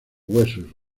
huesos